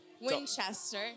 Winchester